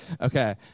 Okay